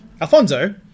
Alfonso